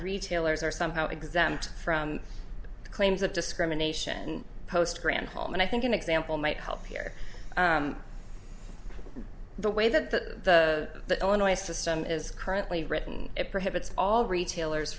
retailers are somehow exempt from claims of discrimination post granholm and i think an example might help here the way that the illinois system is currently written it prohibits all retailers